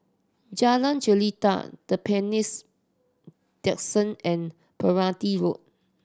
Jalan Jelita The and Road